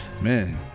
Man